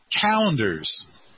calendars